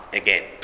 again